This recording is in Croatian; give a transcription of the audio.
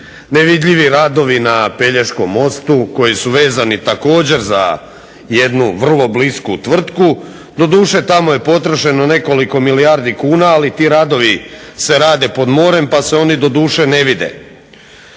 nevidljivi radovi na Pelješkom mostu koji su vezani također za jednu vrlo blisku tvrtku. Doduše tamo je potrošeno nekoliko milijardi kuna, ali ti radovi se rade pod morem pa se oni doduše ne vide.